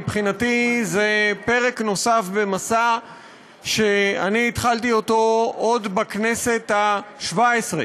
מבחינתי זה פרק נוסף במסע שהתחלתי עוד בכנסת השבע-עשרה,